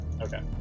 Okay